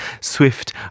swift